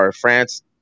France